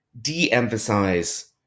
de-emphasize